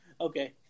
okay